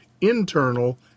internal